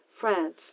France